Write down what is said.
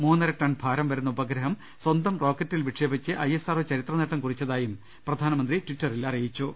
മൂന്നര ടൺ ഭാരം വരുന്ന ഉപഗ്രഹം സ്വന്തം റോക്കറ്റിൽ വിക്ഷേപിച്ച് ഐഎസ്ആർഒ ചരിത്ര നേട്ടം കുറിച്ചതായും പ്രധാന മന്ത്രി ട്വിറ്ററിൽ അറിയിച്ചു